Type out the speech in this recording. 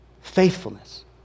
faithfulness